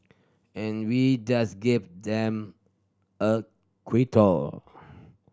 and we just gave them a quote